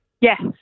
yes